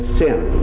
sin